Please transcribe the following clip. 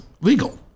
legal